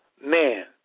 man